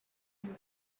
you